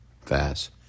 fast